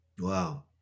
Wow